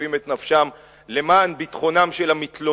שמחרפים את נפשם למען ביטחונם של המתלוננים,